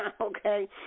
Okay